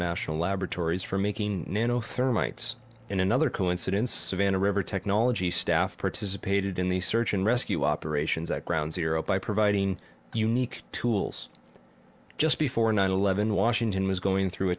national laboratories for making nano thermites in another coincidence savannah river technology staff participated in the search and rescue operations at ground zero by providing unique tools just before nine eleven washington was going through a